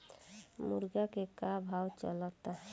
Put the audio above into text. मुर्गा के का भाव चलता?